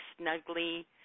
snugly